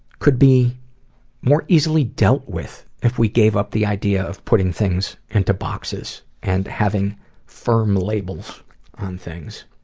could be more easily dealt with, if we gave up the idea of putting things into boxes and having firm labels on things.